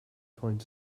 find